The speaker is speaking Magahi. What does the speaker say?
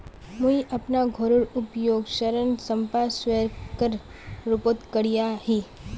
मुई अपना घोरेर उपयोग ऋण संपार्श्विकेर रुपोत करिया ही